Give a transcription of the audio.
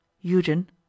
Eugen